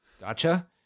Gotcha